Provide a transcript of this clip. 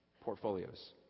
portfolios